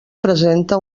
presenta